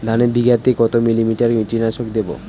ধানে বিঘাতে কত মিলি লিটার কীটনাশক দেবো?